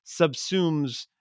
subsumes